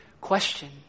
question